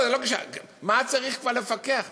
על מה צריך כבר לפקח?